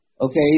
okay